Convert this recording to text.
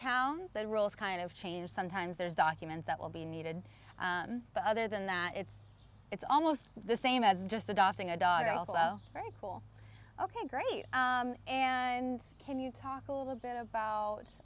town the rules kind of change sometimes there's document that will be needed but other than that it's it's almost the same as just adopting a dog also very cool ok great and can you talk a little bit about